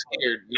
scared